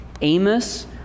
Amos